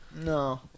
no